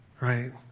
right